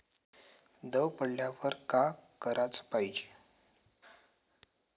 दव पडल्यावर का कराच पायजे?